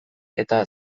eta